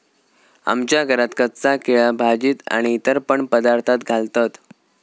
आमच्या घरात कच्चा केळा भाजीत आणि इतर पण पदार्थांत घालतत